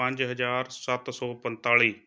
ਪੰਜ ਹਜ਼ਾਰ ਸੱਤ ਸੌ ਪੰਤਾਲ਼ੀ